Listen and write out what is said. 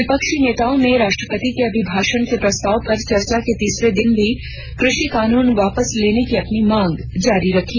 विपक्षी नेताओं ने राष्ट्रपति के अभिभाषण के प्रस्ताव पर चर्चा के तीसरे दिन भी कृषि कानून वापस लेने की अपनी मांग जारी रखी